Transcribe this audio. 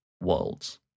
worlds